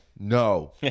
No